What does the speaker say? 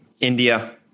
India